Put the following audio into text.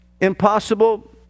impossible